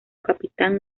capitán